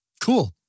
Cool